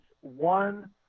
One